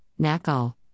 Nakal